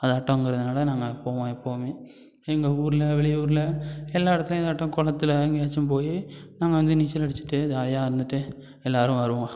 அதாட்டங்கறதுனால நாங்கள் போவோம் எப்பவுமே எங்கள் ஊர்ல வெளியூர்ல எல்லா இடத்துலையும் இதாட்டம் குளத்துல எங்கேயாச்சும் போய் நாங்கள் வந்து நீச்சல் அடிச்சிட்டு ஜாலியாக இருந்துட்டு எல்லாரும் வருவோம்